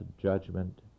judgment